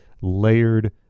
layered